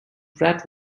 pratt